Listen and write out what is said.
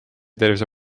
tervise